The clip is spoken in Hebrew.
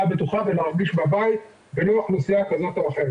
בטוחה ולהרגיש בבית ולא רק אוכלוסייה כזאת או אחרת.